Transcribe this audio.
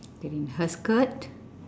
green her skirt